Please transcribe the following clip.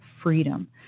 freedom